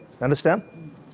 Understand